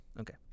Okay